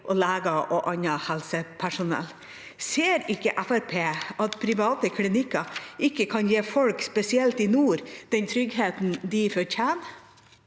av leger og annet helsepersonell. Ser ikke Fremskrittspartiet at private klinikker ikke kan gi folk, spesielt i nord, den tryggheten de fortjener?